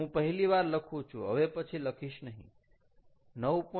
હું પહેલી વાર લખું છું હવે પછી લખીશ નહીં 9